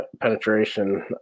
penetration